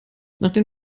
nachdem